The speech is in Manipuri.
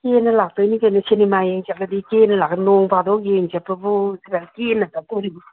ꯀꯦꯔ ꯂꯥꯛꯇꯣꯏꯅꯤ ꯀꯩꯅꯣ ꯁꯤꯅꯤꯃꯥ ꯌꯦꯡ ꯆꯠꯂꯗꯤ ꯀꯦꯔ ꯂꯥꯛꯀꯗꯃꯤ ꯅꯣꯡ ꯐꯥꯗꯣꯛ ꯌꯦꯡ ꯆꯠꯄꯕꯨ ꯈꯔ ꯀꯦꯅ ꯆꯠꯇꯣꯔꯤꯃꯤ